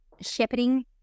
shepherding